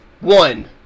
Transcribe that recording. One